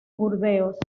burdeos